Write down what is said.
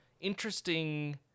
interesting